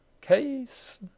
case